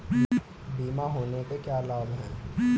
बीमा होने के क्या क्या लाभ हैं?